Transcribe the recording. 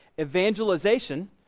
evangelization